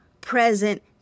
present